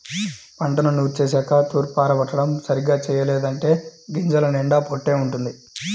పంటను నూర్చేశాక తూర్పారబట్టడం సరిగ్గా చెయ్యలేదంటే గింజల నిండా పొట్టే వుంటది